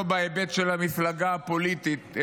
לא בהיבט של המפלגה הפוליטית,